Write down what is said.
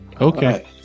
okay